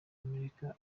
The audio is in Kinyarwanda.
amerika